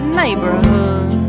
neighborhood